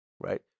right